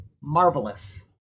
marvelous